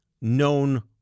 known